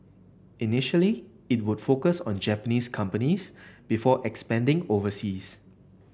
initially it would focus on Japanese companies before expanding overseas